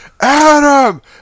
Adam